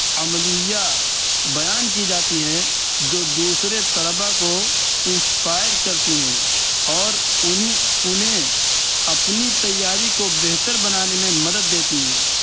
عملیہ بیان کی جاتی ہے جو دوسرے طلباء کو انسپائر کرتی ہے اور انہیں انہیں اپنی تیاری کو بہتر بنانے میں مدد دیتی ہے